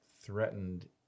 threatened